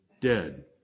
dead